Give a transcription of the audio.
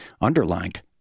underlined